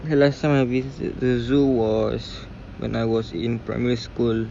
okay last time I visit the zoo was when I was in primary school